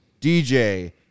DJ